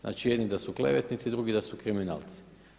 Znači, jedni da su klevetnici, drugi da su kriminalci.